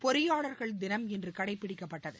பொறியாளர்கள் தினம் இன்று கடைபிடிக்கப்பட்டது